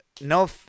no